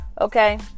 okay